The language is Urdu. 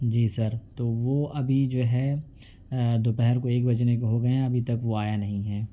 جی سر تو وہ ابھی جو ہے دو پہر کو ایک بجنے کو ہو گئے ہیں ابھی تک وہ آیا نہیں ہے